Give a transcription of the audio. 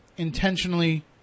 Intentionally